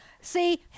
see